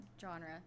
Genre